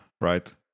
right